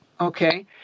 Okay